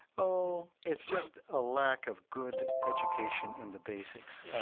oh, it's just a lack of good education in the basics.